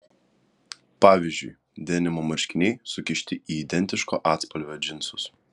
pavyzdžiui denimo marškiniai sukišti į identiško atspalvio džinsus